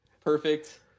Perfect